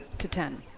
to ten.